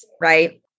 Right